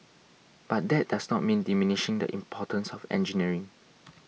but that does not mean diminishing the importance of engineering